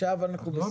עכשיו אנחנו בסיכום.